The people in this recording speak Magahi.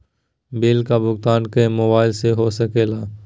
बिल का भुगतान का मोबाइलवा से हो सके ला?